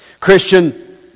Christian